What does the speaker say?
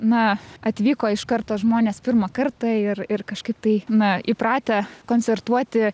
na atvyko iš karto žmonės pirmą kartą ir ir kažkaip tai na įpratę koncertuoti